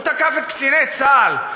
הוא תקף את קציני צה"ל,